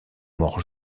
morts